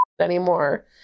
anymore